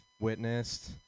witnessed